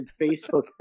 Facebook